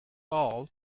all